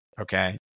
okay